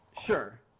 Sure